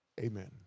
amen